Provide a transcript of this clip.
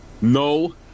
no